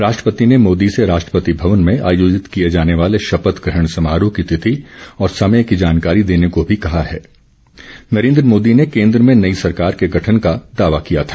राष्ट्रपति ने मोदी से राष्ट्रपति भवन में आयोजित किए जाने वाले शपथ ग्रहण समारोह की तिथि और समय की जानकारी देने को भी कहा हैं नरेन्द्र मोदी ने केन्द्र में नई सरकार के गठन का दावा किया था